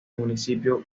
municipio